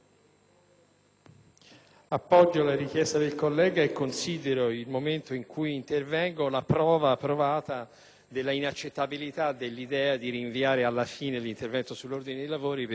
Intervengo perché sono costretto a segnalare che oggi pomeriggio, in modo conclamato, si riunirà la pseudo-Commissione di vigilanza dei servizi radiotelevisivi,